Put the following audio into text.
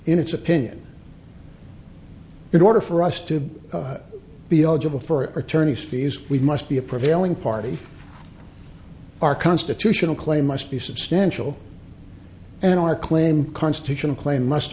in its opinion in order for us to be eligible for attorney's fees we must be a prevailing party our constitutional claim must be substantial and our claim constitutional claim must